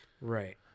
Right